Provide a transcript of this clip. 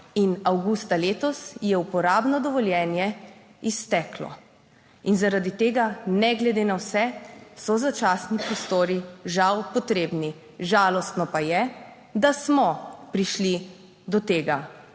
In avgusta letos je uporabno dovoljenje izteklo. In zaradi tega, ne glede na vse so začasni prostori žal potrebni. Žalostno pa je, da smo prišli do tega,